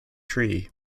tree